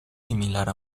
similar